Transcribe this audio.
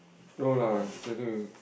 no lah setting is